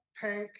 pink